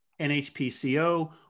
NHPCO